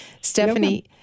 Stephanie